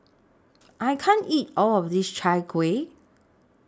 I can't eat All of This Chai Kuih